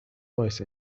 باعث